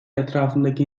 etrafındaki